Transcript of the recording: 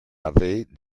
avez